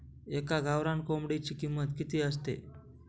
एका गावरान कोंबडीची किंमत किती असते?